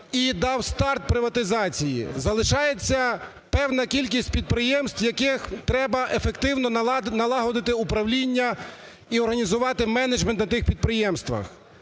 і дав старт приватизації. Залишається певна кількість підприємств, в яких треба ефективно налагодити управління і організувати менеджмент на тих підприємствах.